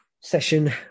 session